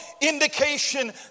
indication